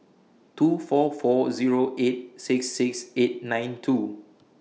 two four four Zero eight six six eight nine two